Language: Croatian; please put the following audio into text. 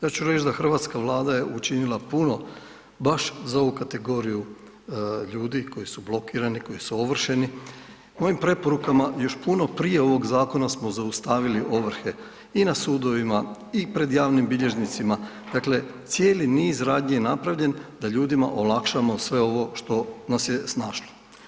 Ja ću reć da hrvatska Vlada je učinila puno baš za ovu kategoriju ljudi koji su blokirani, koji su ovršeni, kojim preporukama još puno prije ovog zakona smo zaustavili ovrhe i na sudovima i pred javnim bilježnicima, dakle cijeli niz radnji je napravljen da ljudima olakšamo sve ovo što nas je snašlo.